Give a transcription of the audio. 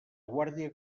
guàrdia